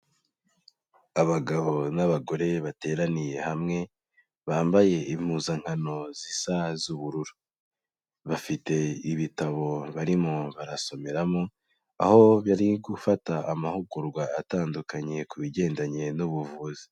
Abagabo n'abagore bateraniye hamwe, bambaye impuzankano zisa z'ubururu, bafite ibitabo barimo barasomeramo, aho bari gufata amahugurwa atandukanye ku bigendanye n'ubuvuzi.